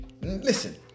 Listen